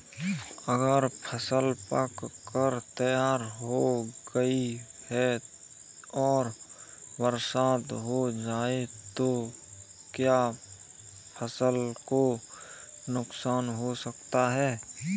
अगर फसल पक कर तैयार हो गई है और बरसात हो जाए तो क्या फसल को नुकसान हो सकता है?